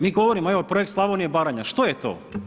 Mi govorimo projekt Slavonija i Baranja, što je to?